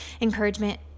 encouragement